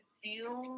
feel